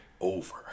over